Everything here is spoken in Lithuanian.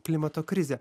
klimato krizę